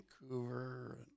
Vancouver